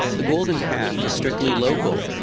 the golden calf is strictly local,